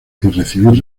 recibir